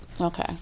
Okay